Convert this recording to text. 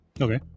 Okay